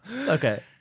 Okay